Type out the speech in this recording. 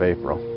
April